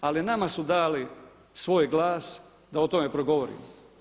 Ali nama su dali svoj glas da o tome progovorimo.